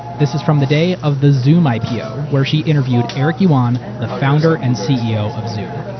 this is from the day of the zoom ipo where she interviewed eric yuan, the founder and ceo of zoom.